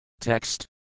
Text